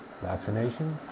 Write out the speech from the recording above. vaccination